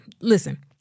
Listen